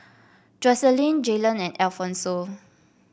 Jocelyn Jalen and Alphonso